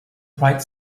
bright